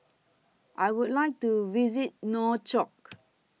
I Would like to visit Nouakchott